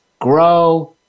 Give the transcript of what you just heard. grow